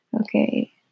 Okay